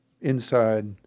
inside